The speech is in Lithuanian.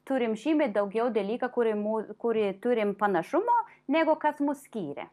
turim žymiai daugiau dalyką kuri kuri turim panašumą negu kas mus skyrė